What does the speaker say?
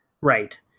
Right